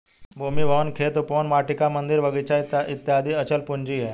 भूमि, भवन, खेत, उपवन, वाटिका, मन्दिर, बगीचा इत्यादि अचल पूंजी है